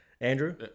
Andrew